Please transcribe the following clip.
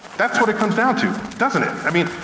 that's what it comes down to, doesn't it? i mean,